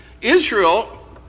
israel